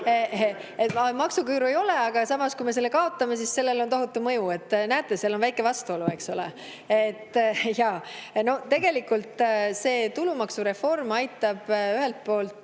maksuküüru ei ole, aga kui me selle kaotame, siis sellel on tohutu mõju. Näete, seal on väike vastuolu, eks ole. Tegelikult see tulumaksureform aitab ühelt poolt